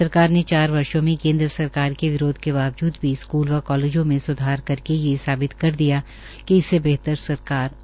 सरकार ने चार वर्षो में केन्द्र सरकार के विरोध के बावजूद भी स्कूल व कालेजों में स्धार कर ये साबित कर दिया कि इससे से बेहतर सरकार कोई नहीं है